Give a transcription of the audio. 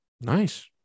Nice